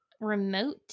remote